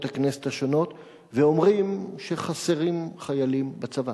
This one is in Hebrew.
הכנסת השונות ואומרים שחסרים חיילים בצבא,